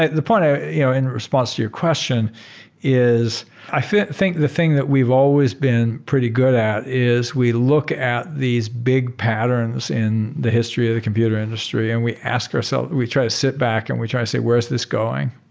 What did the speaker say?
the point you know in response to your question is i think think the thing that we've always been pretty good at is we look at these big patterns in the history of the computer industry and we asked ourselves, we try to sit back and we try to say, where is this going?